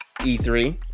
e3